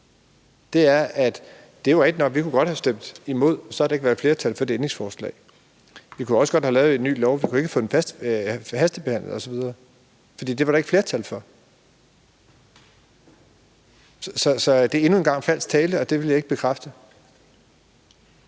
er, at det var rigtigt nok, at vi godt kunne have stemt imod, og så havde der ikke været flertal for det ændringsforslag, og vi kunne også godt have lavet en ny lov, men vi kunne ikke have fået den hastebehandlet osv., for det var der ikke flertal for. Så det er endnu en gang falsk tale, og jeg vil ikke bekræfte